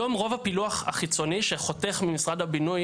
היום רוב הפילוח החיצוני שחותך ממשרד הבינוי